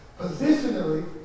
positionally